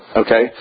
okay